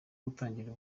gutangira